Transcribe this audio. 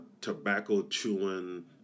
tobacco-chewing